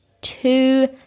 two